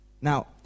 Now